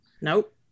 nope